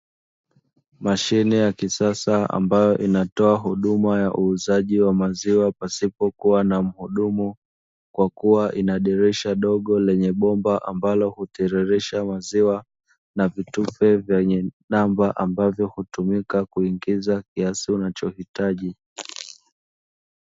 Mashine ya kisasa ambayo inatoa huduma ya uuzaji wa maziwa pasipo na muhudumu kwa kuwa ina dirisha dogo lenye bomba ambalo hutirirsha maziwa, na vitufe vyenye namba ambavyo hutumika kuingiza kiasi unachohitaji.